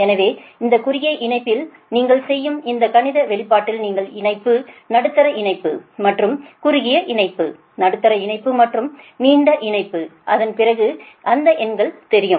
எனவே இந்த குறுகிய இணைப்புயில் நீங்கள் செய்யும் இந்த கணித வெளிப்பாட்டில் நீண்ட இணைப்பு நடுத்தர இணைப்பு மற்றும் குறுகிய இணைப்பு நடுத்தர இணைப்பு மற்றும் நீண்ட இணைப்பு அதன் பிறகு அந்த எண்கள் தெரியும்